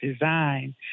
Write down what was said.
design